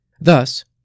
Thus